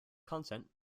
content